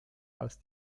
als